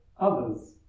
others